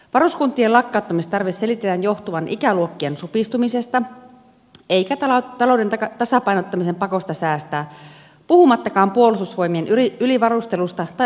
varuskuntien lakkauttamistarpeen selitetään johtuvan ikäluokkien supistumisesta eikä talouden tasapainottamisen pakosta puhumattakaan puolustusvoimien ylivarustelusta tai aluepolitiikasta